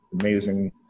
amazing